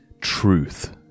truth